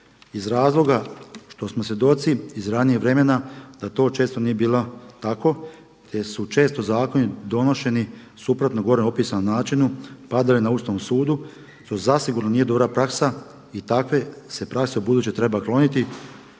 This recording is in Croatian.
iz razloga što smo svjedoci iz ranijeg vremena da to često nije bilo tako te su često zakoni donošeni suprotno gore opisanom načinu, padaju na Ustavnom sudu, su zasigurno nije dobra praksa i takve se prakse ubuduće treba kloniti